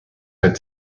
êtes